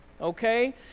okay